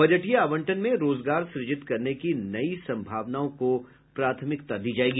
बजटीय आवंटन में रोजगार सृजित करने की नई सम्भावनाओं को प्राथमिकता दी जायेगी